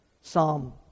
Psalm